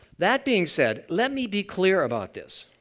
that being said, let me be clear about this